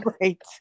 Right